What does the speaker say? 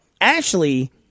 Ashley